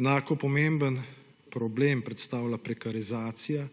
Enako pomemben problem predstavlja prekarizacija,